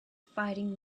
fighting